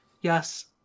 Yes